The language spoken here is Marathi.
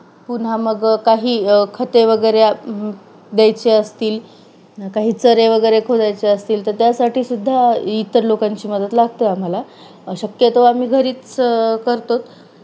पुन्हा मग काही खते वगैरे द्यायचे असतील काही चर वगैरे खोदायचे असतील तर त्यासाठीसुद्धा इतर लोकांची मदत लागते आम्हाला शक्यतो आम्ही घरीच करतात